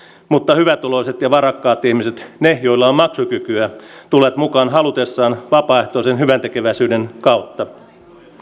mutta hyvätuloiset ja varakkaat ihmiset ne joilla on maksukykyä tulevat mukaan halutessaan vapaaehtoisen hyväntekeväisyyden kautta